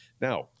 Now